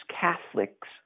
Catholics